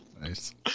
Nice